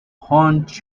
haunt